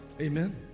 Amen